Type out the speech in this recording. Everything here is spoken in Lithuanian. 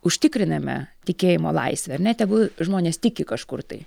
užtikriname tikėjimo laisvę ar ne tegu žmonės tiki kažkur tai